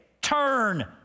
turn